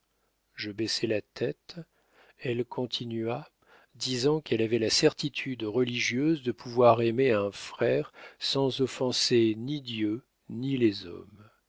je baissai la tête elle continua disant qu'elle avait la certitude religieuse de pouvoir aimer un frère sans offenser ni dieu ni les hommes